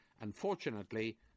Unfortunately